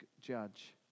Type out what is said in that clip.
judge